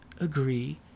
agree